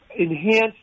enhance